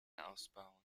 ausbauen